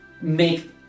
make